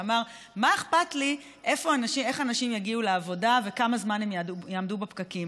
שאמר: מה אכפת לי איך אנשים יגיעו לעבודה וכמה זמן הם יעמדו בפקקים?